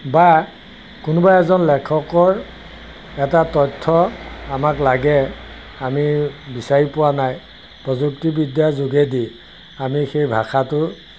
বা কোনোবা এজন লেখকৰ এটা তথ্য আমাক লাগে আমি বিচাৰি পোৱা নাই প্ৰযুক্তিবিদ্যাৰ যোগেদি আমি সেই ভাষাটোৰ